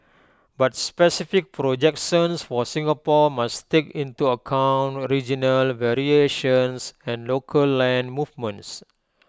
but specific projections for Singapore must take into account regional variations and local land movements